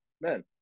man